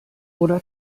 oder